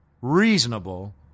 reasonable